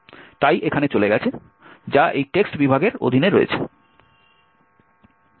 তাই এখানে চলে গেছে যা এই টেক্সট বিভাগের অধীনে রয়েছে